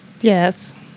Yes